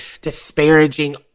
disparaging